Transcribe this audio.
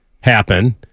happen